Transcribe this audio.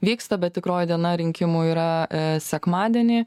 vyksta bet tikroji diena rinkimų yra sekmadienį